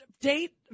Date